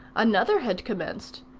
another had commenced.